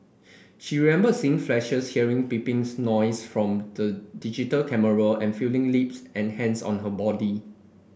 she remembered seeing flashes hearing beeping noises from the digital camera and feeling lips and hands on her body